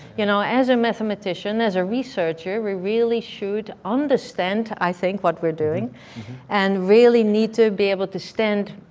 you know as a mathematician, as a researcher, we really should understand, i think, what we're doing and really need to be able to stand